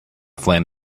flame